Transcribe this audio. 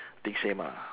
think same ah